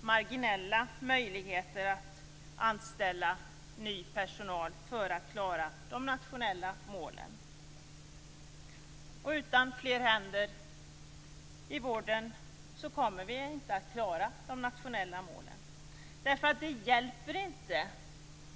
marginella möjligheter att anställa ny personal för att klara de nationella målen - och utan fler händer i vården kommer vi inte att klara de nationella målen.